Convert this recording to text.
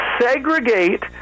segregate